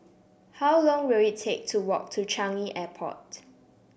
how long will it take to walk to Changi Airport